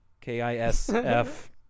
K-I-S-F